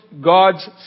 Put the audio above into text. God's